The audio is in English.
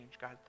God